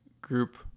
group